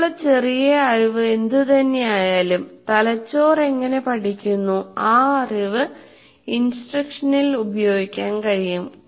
നമുക്കുള്ള ചെറിയ അറിവ് എന്തുതന്നെയായാലും തലച്ചോർ എങ്ങനെ പഠിക്കുന്നു ആ അറിവ് ഇൻസ്ട്രക്ഷനിൽ ഉപയോഗിക്കാൻ കഴിയും